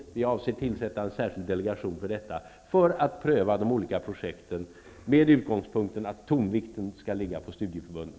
Regeringen avser att tillsätta en särskild delegation för att pröva de olika projekten med utgångspunkten att tonvikten skall ligga på studieförbunden.